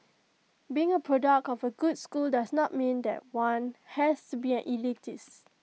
being A product of A good school does not mean that one has to be an elitist